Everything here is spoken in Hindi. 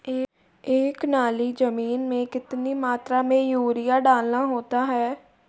एक नाली जमीन में कितनी मात्रा में यूरिया डालना होता है?